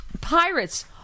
Pirates